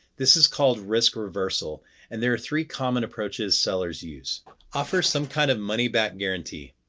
this is called risk reversal and there are three common approaches sellers use offer some kind of money-back guarantee.